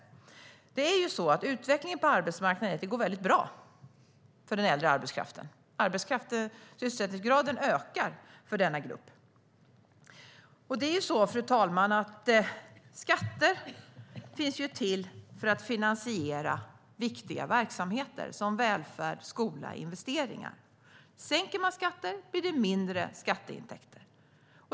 Utvecklingen på arbetsmarknaden är bra för den äldre arbetskraften. Sysselsättningsgraden ökar för denna grupp. Fru talman! Skatter finns till för att finansiera viktiga verksamheter som välfärd, skola och investeringar. Sänker man skatter blir det mindre skatteintäkter.